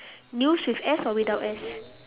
news with S or without S